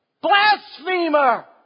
blasphemer